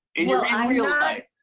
in yeah ah real life.